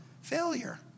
failure